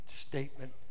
statement